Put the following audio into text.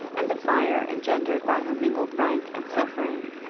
and the fire engendered by her mingled rank and suffering,